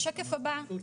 סליחה,